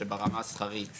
שברמה השכרית